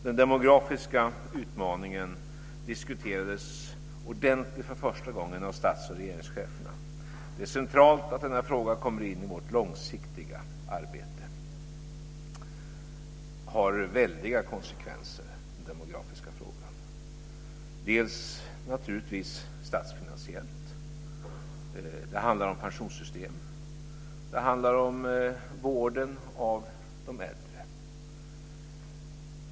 Den demografiska utmaningen diskuterades för första gången ordentligt av stats och regeringscheferna. Det är centralt att denna fråga kommer in i vårt långsiktiga arbete. Den demografiska frågan har väldiga konsekvenser, delvis naturligtvis statsfinansiellt. Det handlar om pensionssystemet. Det handlar om vården av de äldre.